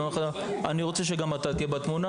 ואני אומר לו שאני רוצה שגם הוא יהיה בתמונה,